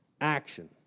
Action